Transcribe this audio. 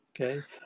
Okay